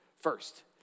First